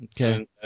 Okay